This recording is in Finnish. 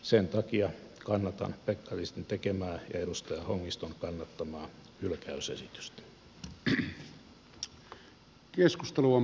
sen takia kannatan pekkarisen tekemää ja edustaja hongiston kannattamaa hylkäysesitystä